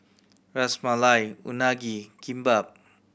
Ras Malai Unagi Kimbap